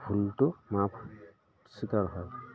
ভুলটো মাফ স্বীকাৰ হয়